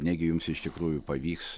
negi jums iš tikrųjų pavyks